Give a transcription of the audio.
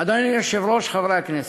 אדוני היושב-ראש, חברי הכנסת,